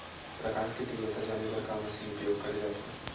प्रकाश कि तीव्रता जाने बर का मशीन उपयोग करे जाथे?